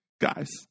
guys